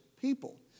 people